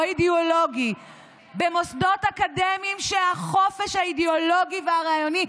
אידיאולוגי במוסדות אקדמיים שהחופש האידיאולוגי והרעיוני,